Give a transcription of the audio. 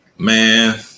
Man